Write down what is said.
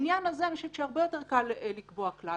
בעניין הזה אני חושבת שהרבה יותר קל לקבוע כלל.